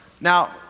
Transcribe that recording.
now